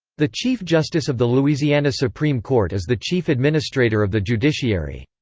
the chief justice of the louisiana supreme court is the chief administrator of the judiciary.